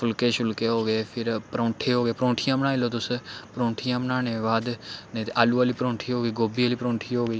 फुल्के शुल्के हो गे फिर परौंठे होगे परौंठियां बनाई लैओ तुस परौंठियां बनाने दे बाद नेईं ते आलू आह्ली परौंठी हो गेई गोभी आह्ली परौंठी हो गेई